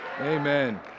Amen